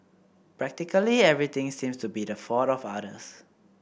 practically everything seems to be the fault of others